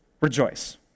rejoice